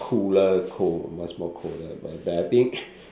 cooler cold much more colder but that I think